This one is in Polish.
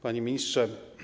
Panie Ministrze!